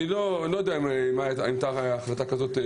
אני לא יודע אם הייתה החלטה כזאת.